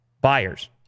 buyers